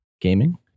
gaming